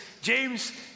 James